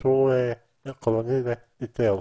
אישור עקרוני להיתר,